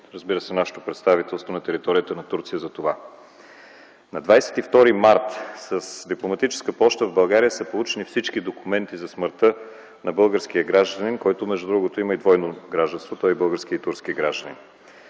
разбира се, нашето представителство на територията на Турция за това. На 22 март с дипломатическа поща в България са получени всички документи за смъртта на българския гражданин, който между другото има и двойно гражданство – той е и български, и турски гражданин.